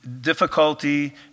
difficulty